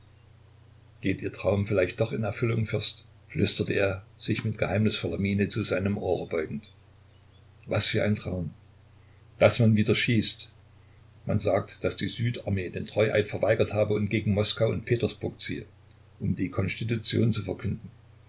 geht ihr traum vielleicht doch in erfüllung fürst flüsterte er sich mit geheimnisvoller miene zu seinem ohre beugend was für ein traum daß man wieder schießt man sagt daß die südarmee den treueid verweigert habe und gegen moskau und petersburg ziehe um die konstitution zu verkünden